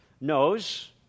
knows